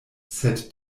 sed